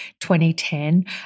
2010